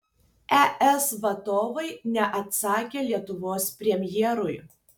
es vadovai neatsakė lietuvos premjerui